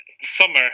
summer